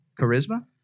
charisma